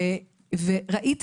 וראית